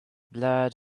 blurred